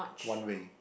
one way